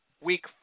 week